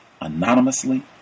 anonymously